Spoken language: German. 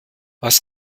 was